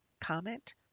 comment